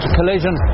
Collision